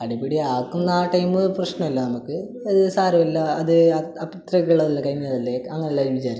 അടിപിടി ആക്കുന്ന ആ ടൈം പ്രശ്നമില്ല നമുക്ക് അത് സാരം ഇല്ല അത് ആ അത്രക്കുള്ളതില്ല കഴിഞ്ഞതല്ലേ അങ്ങനെയെല്ലാവരും വിചാരിക്കും